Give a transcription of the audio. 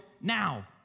now